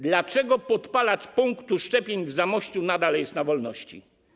Dlaczego podpalacz punktu szczepień w Zamościu nadal jest na wolności?